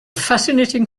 fascinating